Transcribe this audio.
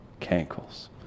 Cankles